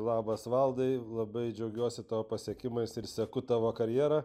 labas valdai labai džiaugiuosi tavo pasiekimais ir seku tavo karjerą